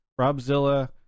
Robzilla